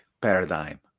paradigm